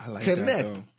Connect